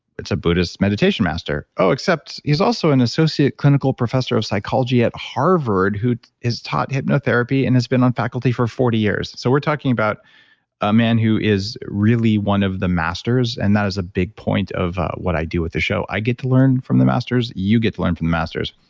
it's a buddhist meditation master. oh, except he's also an associate clinical professor of psychology at harvard who has taught hypnotherapy and has been on faculty for forty years so we're talking about a man who is really one of the masters, and that is a big point of what i do with the show. i get to learn from the masters you get to learn from the masters.